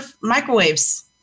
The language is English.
microwaves